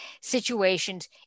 situations